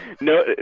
No